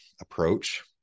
approach